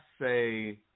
say